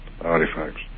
artifacts